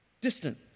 Distant